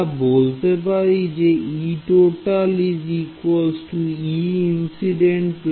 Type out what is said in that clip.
আমরা বলতে পারি যে Etotal Eincident Escattered